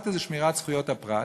דמוקרטיה זה שמירת זכויות הפרט,